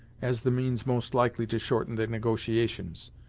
as the means most likely to shorten the negotiations.